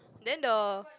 then the